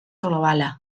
globala